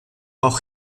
auch